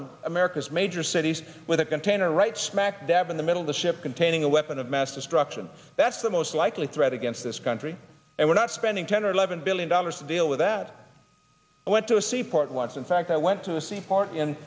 of america's major cities with a container right smack dab in the middle of the ship containing a weapon of mass destruction that's the most likely threat against this country and we're not spending ten or eleven billion dollars deal with that went to a seaport once in fact i went to the seaport in